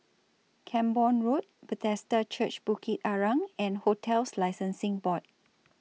Camborne Road Bethesda Church Bukit Arang and hotels Licensing Board